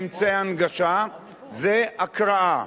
מאמצעי ההנגשה זה הקראה,